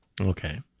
Okay